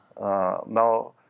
now